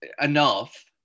enough